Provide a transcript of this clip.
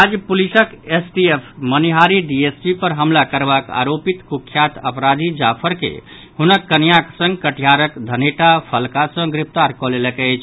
राज्य पुलिसक STF Manihari DSP पर हमला करबाक आरोपित कुख्यात अपराधी जाफर के हुनक कनियॉक संग कटिहारक धनेटा फलका सॅ गिरफ्तार कऽ लेलक अछि